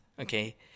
Okay